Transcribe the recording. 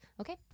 Okay